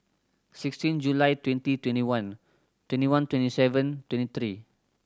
sixteen July twenty twenty one twenty one twenty seven twenty three